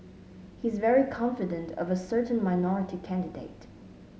he's very confident of a certain minority candidate